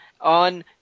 on